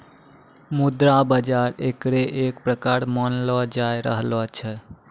मुद्रा बाजार एकरे एक प्रकार मानलो जाय रहलो छै